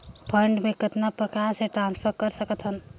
Fund मे कतना प्रकार से ट्रांसफर कर सकत हन?